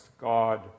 God